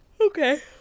Okay